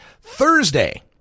Thursday